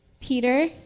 Peter